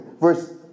Verse